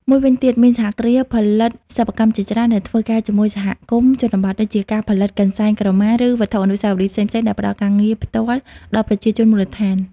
មួយវិញទៀត មានសហគ្រាសផលិតផលសិប្បកម្មជាច្រើនដែលធ្វើការជាមួយសហគមន៍ជនបទ ដូចជាការផលិតកន្សែងក្រមា ឬវត្ថុអនុស្សាវរីយ៍ផ្សេងៗ ដែលផ្តល់ការងារផ្ទាល់ដល់ប្រជាជនមូលដ្ឋាន។